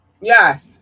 Yes